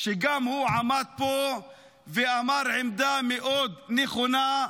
שגם הוא עמד פה ואמר עמדה מאוד נכונה,